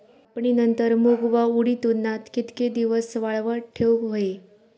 कापणीनंतर मूग व उडीद उन्हात कितके दिवस वाळवत ठेवूक व्हये?